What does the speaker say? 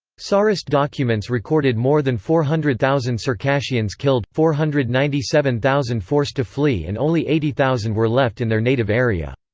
tsarist documents recorded more than four hundred thousand circassians killed, four hundred and ninety seven thousand forced to flee and only eighty thousand were left in their native area.